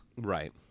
Right